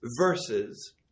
verses